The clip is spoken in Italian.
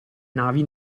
navi